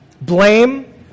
Blame